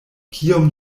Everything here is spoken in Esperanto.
kiom